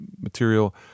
material